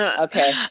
Okay